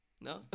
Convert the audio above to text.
No